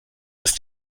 ist